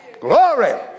Glory